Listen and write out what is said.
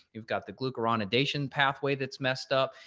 you've got the glucose sanitation pathway that's messed up,